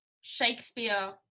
Shakespeare